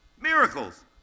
Miracles